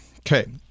Okay